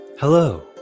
Hello